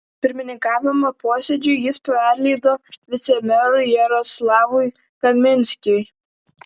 pirmininkavimą posėdžiui jis perleido vicemerui jaroslavui kaminskiui